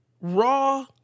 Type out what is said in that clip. raw